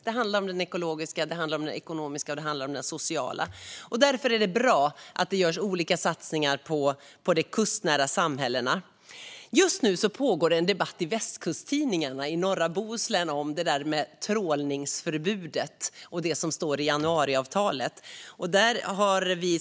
Det handlar om det ekologiska, det ekonomiska och det sociala. Därför är det bra att det görs olika satsningar på de kustnära samhällena. Just nu pågår en debatt i västkusttidningarna i norra Bohuslän om trålningsförbudet och vad som står i januariavtalet.